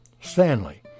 Stanley